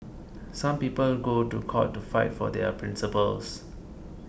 some people go to court to fight for their principles